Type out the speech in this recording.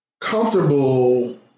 comfortable